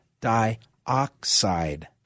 dioxide